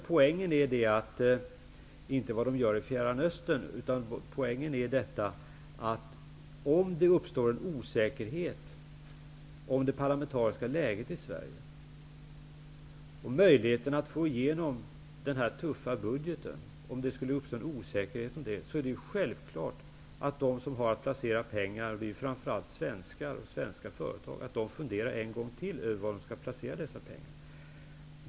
Poängen är inte vad de gör i Fjärran Östern, utan poängen är om det uppstår en osäkerhet om det parlamentariska läget i Sverige och möjligheten att få igenom den tuffa budgeten. Om det skulle uppstå osäkerhet om det, är det ju självklart att de som har att placera pengar, framför allt svenskar och svenska företag, funderar en gång till över var de skall placera dessa pengar.